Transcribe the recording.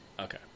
Okay